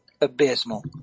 abysmal